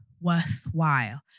worthwhile